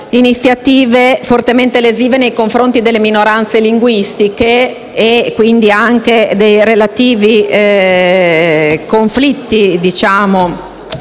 iniziative fortemente lesive nei confronti delle minoranze linguistiche e quindi anche i relativi conflitti. Non siamo